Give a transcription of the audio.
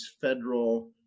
federal